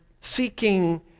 seeking